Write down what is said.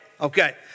Okay